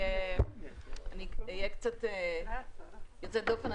אני אהיה קצת יוצאת דופן,